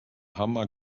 hammer